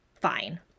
fine